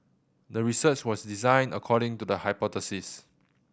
the research was designed according to the hypothesis